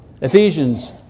Ephesians